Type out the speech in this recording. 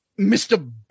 Mr